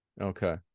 Okay